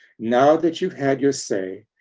now that you've had your say,